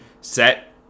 set